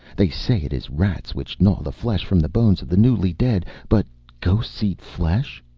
they say it is rats which gnaw the flesh from the bones of the newly dead but ghosts eat flesh.